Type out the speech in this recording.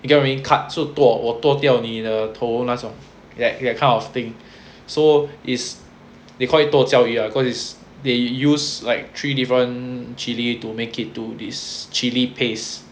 you get what I mean cut so 剁我剁掉你的头那种 that that kind of thing so is they called it 剁椒鱼 lah cause is they use like three different chilli to make it to this chilli paste